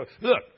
Look